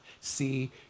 see